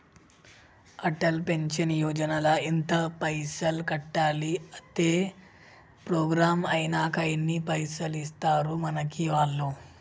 Atal pension Yojana ల ఎంత పైసల్ కట్టాలి? అత్తే ప్రోగ్రాం ఐనాక ఎన్ని పైసల్ ఇస్తరు మనకి వాళ్లు?